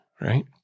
right